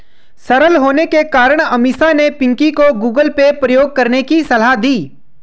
सरल होने के कारण अमीषा ने पिंकी को गूगल पे प्रयोग करने की सलाह दी